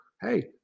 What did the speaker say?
hey